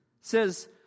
says